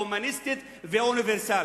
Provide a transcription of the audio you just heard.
ההומניסטית והאוניברסלית.